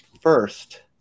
first